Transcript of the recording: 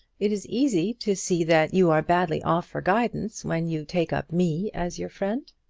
it is easy to see that you are badly off for guidance when you take up me as your friend.